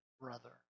brother